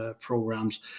programs